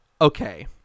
Okay